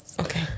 Okay